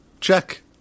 check